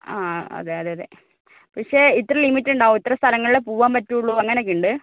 ആ അതേയതേയതേ പക്ഷേ ഇത്ര ലിമിറ്റുണ്ടാകും ഇത്ര സ്ഥലങ്ങളിലേ പോകാൻ പറ്റുള്ളൂ അങ്ങനെയൊക്കെ ഉണ്ട്